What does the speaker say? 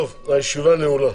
הישיבה נעולה.